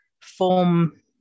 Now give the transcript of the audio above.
form